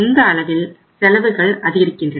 இந்த அளவில் செலவுகள் அதிகரிக்கின்றன